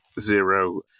zero